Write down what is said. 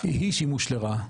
היא שימוש לרעה,